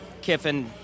Kiffin